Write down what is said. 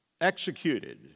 executed